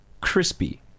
crispy